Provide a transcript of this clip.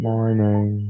Morning